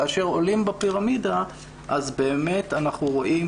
כאשר עולים בפירמידה אז באמת אנחנו רואים